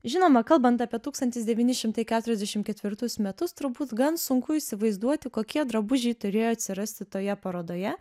žinoma kalbant apie tūkstantis devyni šimtai keturiasdešim ketvirtus metus turbūt gan sunku įsivaizduoti kokie drabužiai turėjo atsirasti toje parodoje